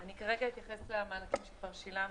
אני כרגע אתייחס למענקים שכבר שילמנו.